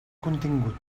contingut